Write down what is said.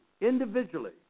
individually